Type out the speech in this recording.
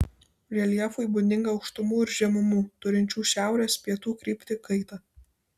reljefui būdinga aukštumų ir žemumų turinčių šiaurės pietų kryptį kaita